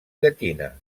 llatina